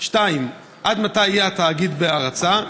2. עד מתי יהיה התאגיד בהרצה?